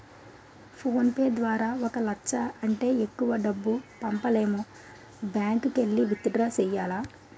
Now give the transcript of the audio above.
phone pay ద్వారా ఒక లచ్చ కంటే ఎక్కువ డబ్బు పంపనేము బ్యాంకుకెల్లి విత్ డ్రా సెయ్యాల